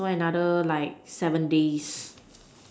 so another like seven days